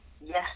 yes